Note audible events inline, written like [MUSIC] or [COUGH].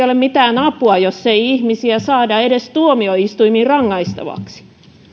[UNINTELLIGIBLE] ole mitään apua jos ei ihmisiä saada edes tuomioistuimiin rangaistavaksi